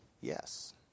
yes